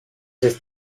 ist